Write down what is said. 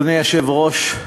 אדוני היושב-ראש,